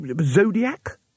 Zodiac